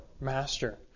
master